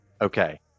okay